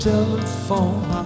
telephone